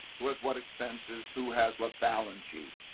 who has what expenses, who has what balance sheet,